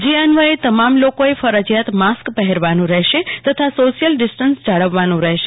જે અન્વયે તમામ લોકોએ ફરજીયાત માસ્ક પહેરવાનું રહેશે તથા સોશિયલ ડીસ્ટસ જાળવવાનું રહેશે